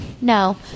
no